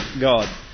God